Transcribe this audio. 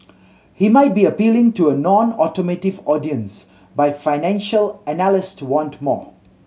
he might be appealing to a nonautomotive audience but financial analyst to want more